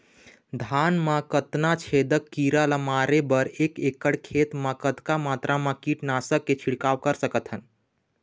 धान मा कतना छेदक कीरा ला मारे बर एक एकड़ खेत मा कतक मात्रा मा कीट नासक के छिड़काव कर सकथन?